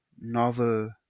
novel